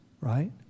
Right